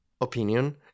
opinion